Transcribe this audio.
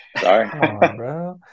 Sorry